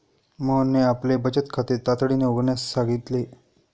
मोहनने आपले बचत खाते तातडीने उघडण्यास सांगितले